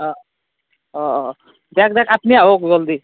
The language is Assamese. অ অ অ যাক দিয়ক আপনি আহক জল্দি